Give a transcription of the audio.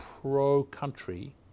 pro-country